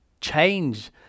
change